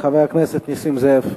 חבר הכנסת נסים זאב,